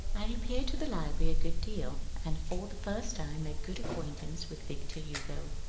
i repair to the library a good deal, and for the first time make good acquaintance with victor hugo,